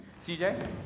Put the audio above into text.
CJ